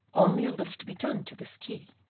only a little to be done to this key.